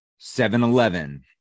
7-eleven